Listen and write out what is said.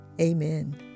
Amen